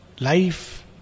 life